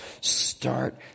Start